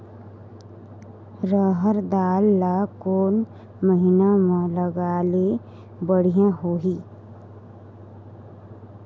रहर दाल ला कोन महीना म लगाले बढ़िया होही?